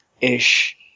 ish